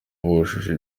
bujuje